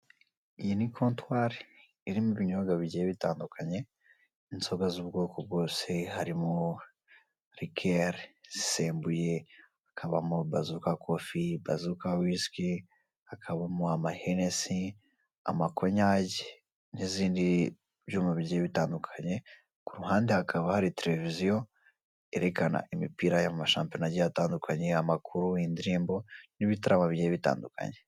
Iyi ni kontwari irimo ibinyobwa bigiye bitandukanye inzoga z'ubwoko bwose harimo likeri zisembuye, hakabamo bazoka kofi, bazoka wisiki, hakabamo amahenesi, amakonyagi n'izindi byuma bigiye bitandukanye, ku ruhande hakaba hari tereviziyo yerekana imipira y'amashampiyona agiye atandukanye, amakuru, indirimbo n'ibitaramo bigiye bitandukanye.